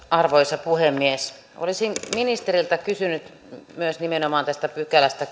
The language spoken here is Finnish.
arvoisa puhemies olisin myös ministeriltä kysynyt nimenomaan tästä kahdeksannestakymmenennestäviidennestä pykälästä